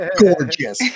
gorgeous